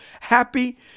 happy